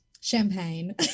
Champagne